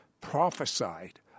prophesied